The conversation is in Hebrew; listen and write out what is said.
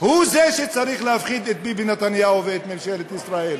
הוא זה שצריך להפחיד את ביבי נתניהו ואת ממשלת ישראל.